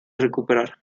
recuperar